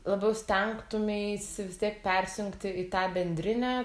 labiau stengtumeisi vis tiek persijungti į tą